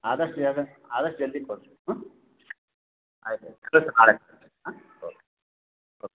ಆದಷ್ಟು ಆದಷ್ಟು ಜಲ್ದಿ ಕಳಿಸ್ರಿ ಹಾಂ ಆಯ್ತು ಆಯ್ತು ಕಳಿಸ್ರಿ ನಾಳೆ ಕಳಿಸ್ರೀ ಹಾಂ ಓಕೆ ಓಕೆ